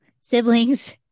siblings